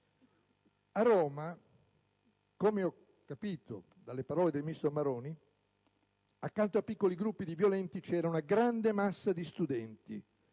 A Roma, come ho capito dalle parole del ministro Maroni, accanto a piccoli gruppi di violenti, c'era una grande massa di studenti,